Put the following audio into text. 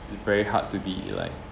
very hard to be like